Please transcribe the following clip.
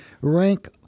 rank